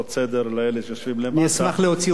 אני אשמח להוציא אותך בהזדמנות הראשונה.